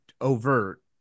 overt